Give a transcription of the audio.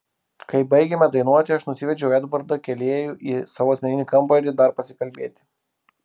kai baigėme dainuoti aš nusivedžiau edvardą kėlėjų į savo asmeninį kambarį dar pasikalbėti